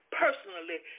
personally